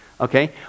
Okay